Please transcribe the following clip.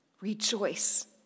Rejoice